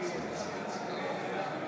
מצביע ניר אורבך,